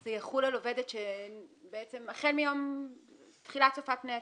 זה יחול על עובדת, בעצם תחילה צופה פני עתיד.